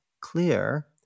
clear